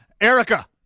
Erica